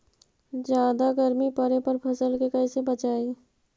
जादा गर्मी पड़े पर फसल के कैसे बचाई?